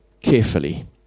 carefully